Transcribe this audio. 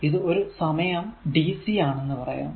ഇത് ഒരു സമയം dc ആണെന്ന് പറയാം